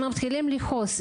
הם מתחילים לכעוס.